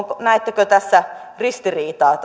näettekö tässä ristiriitaa